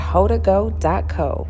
Hodago.co